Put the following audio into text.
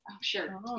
sure